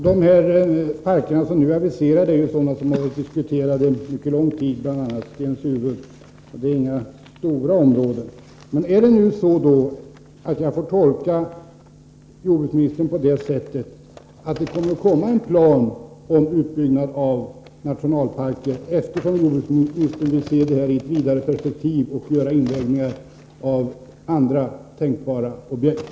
Herr talman! De parker som nu aviseras är ju sådana som diskuterats under mycket lång tid, bl.a. Stenshuvud, och det är inte fråga om några stora områden. Kan jag nu tolka jordbruksministern på ett sådant sätt att det kommer en plan om utbyggnad av nationalparker, eftersom jordbruksministern vill se det här i ett vidare perspektiv och göra inventeringar av andra tänkbara objekt.